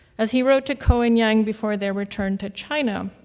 as he wrote to ko and yang before their return to china,